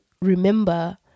remember